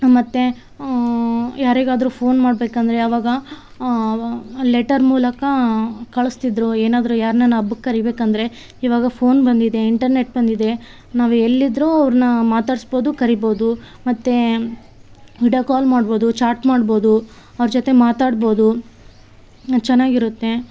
ಮತ್ತು ಯಾರಿಗಾದರ ಫೋನ್ ಮಾಡಬೇಕಂದ್ರೆ ಆವಾಗ ಲೆಟರ್ ಮೂಲಕ ಕಳಿಸ್ತಿದ್ರು ಏನಾದರು ಯಾರ್ನಾನ ಹಬ್ಬಕ್ ಕರಿಬೇಕಂದರೆ ಇವಾಗ ಫೋನ್ ಬಂದಿದೆ ಇಂಟರ್ನೆಟ್ ಬಂದಿದೆ ನಾವು ಎಲ್ಲಿದ್ರೂ ಅವ್ರನ್ನ ಮಾತಾಡಿಸ್ಬೋದು ಕರಿಬೋದು ಮತ್ತು ವಿಡಿಯೋ ಕಾಲ್ ಮಾಡ್ಬೋದು ಚಾಟ್ ಮಾಡ್ಬೋದು ಅವ್ರ ಜೊತೆ ಮಾತಾಡ್ಬೋದು ಚೆನ್ನಾಗಿರುತ್ತೆ